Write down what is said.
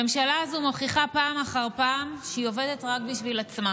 הממשלה הזו מוכיחה פעם אחר פעם שהיא עובדת רק בשביל עצמה.